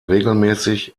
regelmäßig